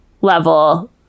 level